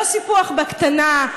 לא סיפוח בקטנה,